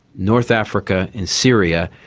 north africa and syria.